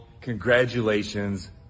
Congratulations